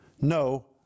no